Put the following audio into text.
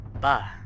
Bye